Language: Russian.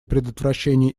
предотвращения